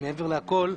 ומעבר להכל,